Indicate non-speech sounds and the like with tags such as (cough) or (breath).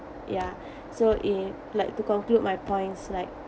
ya (breath) so it like to conclude my point it's like